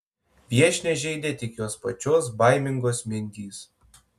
viešnią žeidė tik jos pačios baimingos mintys